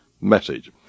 message